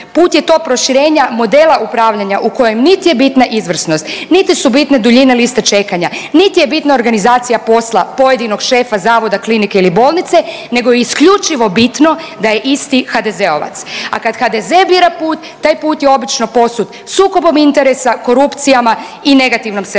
put je to proširenja modela upravljanja u kojem nit je bitna izvrsnost, niti su bitne duljine liste čekanja, nit je bitna organizacija posla pojedinog šefa zavoda, klinike ili bolnice nego je isključivo bitno da je isti HDZ-ovac, a kad HDZ bira put taj put je obično posut sukobom interesa, korupcijama i negativnom selekcijom